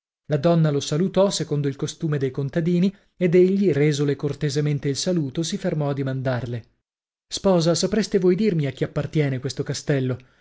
la donna lo salutò secondo il costume dei contadini ed egli resole cortesemente il saluto si fermò a dimandarle sposa sapreste voi dirmi a chi appartiene questo castello